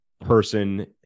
person